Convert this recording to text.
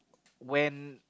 when